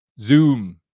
Zoom